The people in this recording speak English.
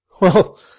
Well